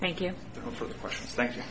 thank you for the questions thank you